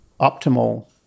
optimal